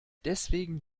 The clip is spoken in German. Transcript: deswegen